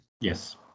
Yes